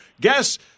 guess